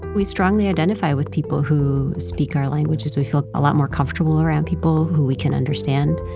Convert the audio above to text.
we strongly identify with people who speak our languages. we feel a lot more comfortable around people who we can understand.